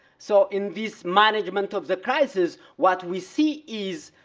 so in this management of the crises, what we see is,